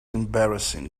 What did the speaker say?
embarrassing